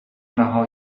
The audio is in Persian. رها